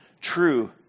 true